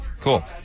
Cool